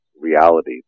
reality